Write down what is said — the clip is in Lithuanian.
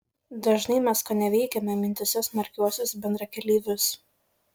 dažnai mes koneveikiame mintyse smarkiuosius bendrakeleivius